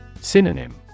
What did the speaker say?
Synonym